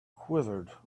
quivered